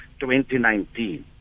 2019